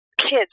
kids